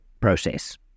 process